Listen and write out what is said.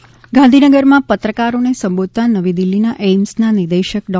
ગઇકાલે ગાંધીનગરમાં પત્રકારોને સંબોધતા નવી દિલ્હીના એમ્સના નિદેશક ડૉ